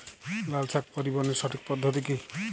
লালশাক পরিবহনের সঠিক পদ্ধতি কি?